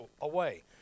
away